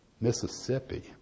Mississippi